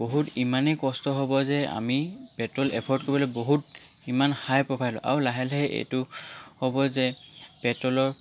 বহুত ইমানেই কষ্ট হ'ব যে আমি পেট্ৰ'ল এফৰ্ড কৰিবলৈ বহুত ইমান হাই প্ৰফাইল আৰু লাহে লাহে এইটো হ'ব যে পেট্ৰলৰ